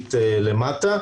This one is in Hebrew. מנחית למטה.